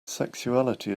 sexuality